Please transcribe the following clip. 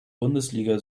bundesliga